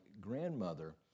grandmother